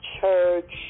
church